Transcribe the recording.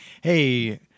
Hey